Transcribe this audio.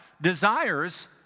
desires